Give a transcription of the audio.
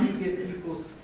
get people's